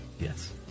Yes